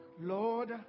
Lord